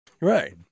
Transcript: right